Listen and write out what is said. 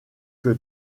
que